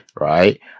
right